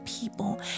people